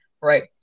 Right